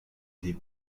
des